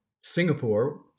Singapore